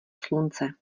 slunce